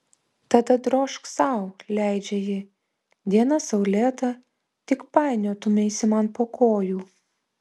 tada drožk sau leidžia ji diena saulėta tik painiotumeisi man po kojų